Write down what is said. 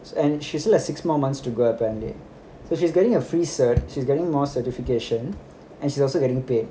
and she still has six more months to go apparently so she's getting a free cert she's getting more certification and she's also getting paid